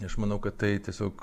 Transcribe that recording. aš manau kad tai tiesiog